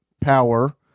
power